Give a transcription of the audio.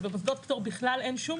שבמוסדות פטור בכלל אין שום